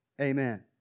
Amen